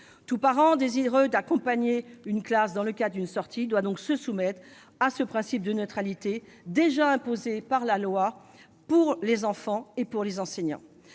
Tout parent désireux d'accompagner une classe dans le cadre d'une sortie doit donc se soumettre au principe de neutralité déjà imposé par la loi aux enseignants et aux enfants.